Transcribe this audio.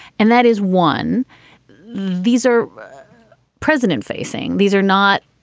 and that is one these are president facing. these are not.